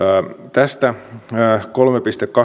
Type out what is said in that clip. tästä kolmesta pilkku